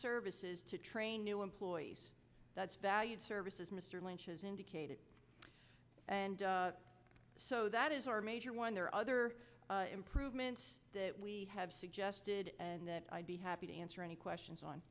services to train new employees that's valued services mr lynch has indicated and so that is our major one there are other improvements that we have suggested and that i'd be happy to answer any questions on